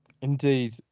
Indeed